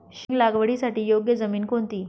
शेंग लागवडीसाठी योग्य जमीन कोणती?